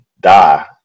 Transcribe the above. die